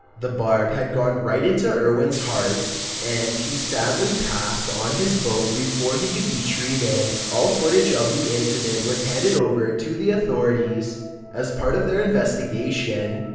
the barb had gone right into irwin's heart and he sadly passed on his boat before he could be treated. all footage of the incident was handed over to the authorities as part of their investigation.